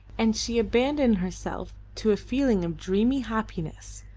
and she abandoned herself to a feeling of dreamy happiness,